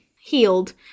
healed